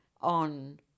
on